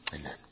Amen